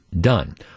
done